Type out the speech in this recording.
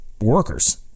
workers